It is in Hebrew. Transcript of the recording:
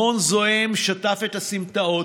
המון זועם שטף את הסמטאות,